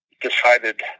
decided